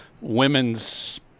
women's